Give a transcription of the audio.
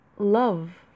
love